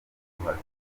guhatana